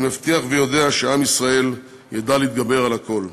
אני מבטיח ויודע שעם ישראל ידע להתגבר על הכול.